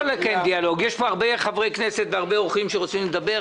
יש פה הרבה חברי כנסת והרבה אורחים שרוצים לדבר.